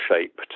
shaped